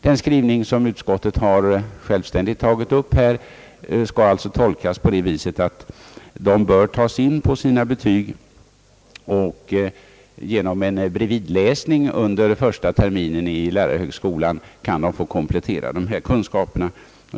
Den skrivning som utskottet här självständigt har tagit upp skall alltså tolkas så, att dessa ungdomar bör tas in på sina betyg och genom en bredvidläsning under första terminen i lärarhögskolan få komplettera dessa kunskaper.